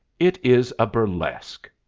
it is a burlesque.